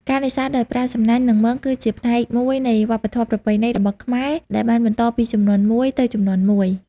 ការនេសាទដោយប្រើសំណាញ់ និងមងគឺជាផ្នែកមួយនៃវប្បធម៌ប្រពៃណីរបស់ខ្មែរដែលបានបន្តពីជំនាន់មួយទៅជំនាន់មួយ។